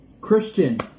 Christian